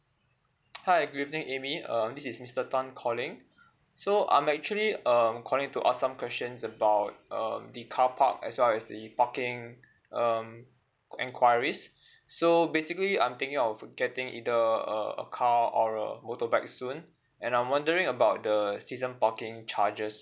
hi good evening amy uh this is mister tan calling so I'm actually um call in to ask some questions about uh the carpark as well as the parking um enquiries so basically I'm thinking of getting either a a car or a motorbike soon and I'm wondering about the season parking charges